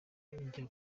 njya